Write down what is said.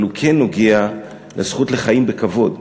אבל הוא כן נוגע לזכות לחיים בכבוד.